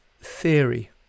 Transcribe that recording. theory